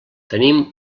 tenim